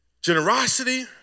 generosity